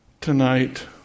tonight